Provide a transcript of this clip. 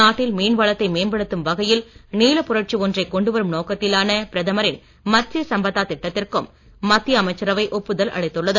நாட்டில் மீன்வளத்தை மேம்படுத்தும் வகையில் நீலப் புரட்சி ஒன்றை கொண்டு வரும் நோக்கத்திலான பிரதமரின் மத்ஸ்ய சம்பதா திட்டத்திற்கும் மத்திய அமைச்சரவை ஒப்புதல் அளித்துள்ளது